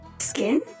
Skin